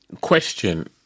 Question